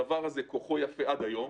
הדבר הזה, כוחו יפה עד היום.